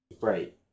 Right